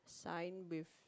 sign with